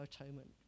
atonement